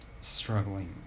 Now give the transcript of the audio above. struggling